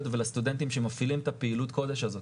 ולסטודנטים שמפעילים את פעילות הקודש הזאת.